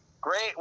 Great